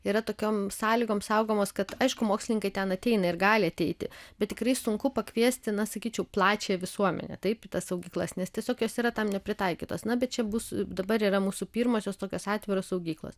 yra tokiom sąlygom saugomos kad aišku mokslininkai ten ateina ir gali ateiti bet tikrai sunku pakviesti na sakyčiau plačiąją visuomenę taip į tas saugyklas nes tiesiog jos yra tam nepritaikytos na bet čia bus dabar yra mūsų pirmosios tokios atviros saugyklos